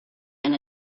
and